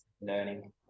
learning